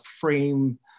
frame